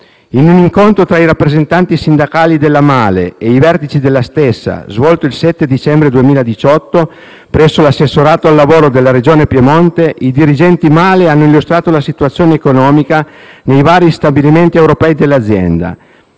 In un incontro tra i rappresentanti sindacali della Mahle e i vertici della stessa, svolto il 7 dicembre 2018 presso l'assessorato al lavoro della Regione Piemonte, i dirigenti Mahle hanno illustrato la situazione economica nei vari stabilimenti europei dell'azienda,